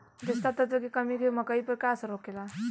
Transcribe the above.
जस्ता तत्व के कमी से मकई पर का असर होखेला?